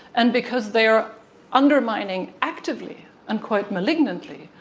and because they are undermining, actively and quite malignantly,